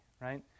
right